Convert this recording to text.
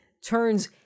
turns